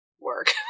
work